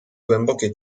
głębokie